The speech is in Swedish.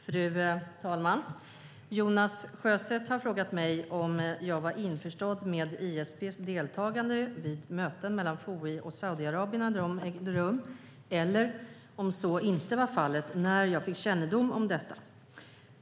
Fru talman! Jonas Sjöstedt har frågat mig om jag var införstådd med ISP:s deltagande vid möten mellan FOI och Saudiarabien när de ägde rum eller, om så inte var fallet, när jag fick kännedom om detta.